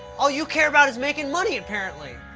all you care about is making money, apparently.